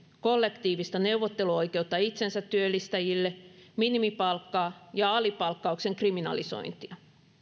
kollektiivista neuvotteluoikeutta itsensätyöllistäjille minimipalkkaa ja alipalkkauksen kriminalisointia